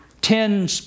Ten